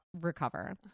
recover